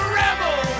rebel